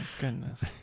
goodness